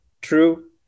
true